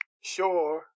sure